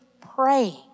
praying